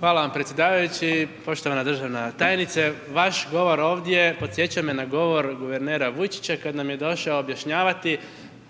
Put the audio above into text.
Hvala vam predsjedavajući. Poštovana državna tajnice. Vaš govor ovdje podsjeća me na govor guvernera Vujčića kad nam je došao objašnjavati